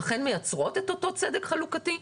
אכן מייצרות את אותו צדק חלוקתי?